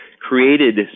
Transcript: created